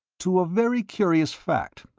to a very curious fact,